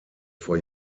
vor